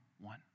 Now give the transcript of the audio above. one